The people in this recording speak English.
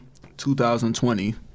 2020